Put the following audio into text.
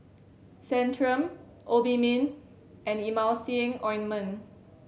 Centrum Obimin and Emulsying Ointment